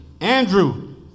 Andrew